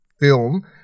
film